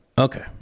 Okay